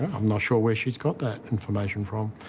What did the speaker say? i'm not sure where she's got that information from.